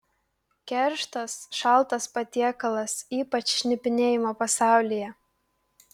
kerštas šaltas patiekalas ypač šnipinėjimo pasaulyje